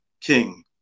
King